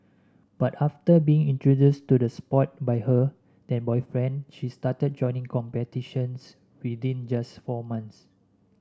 but after being introduced to the sport by her then boyfriend she started joining competitions within just four months